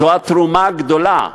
זו התרומה הגדולה.